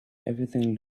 everything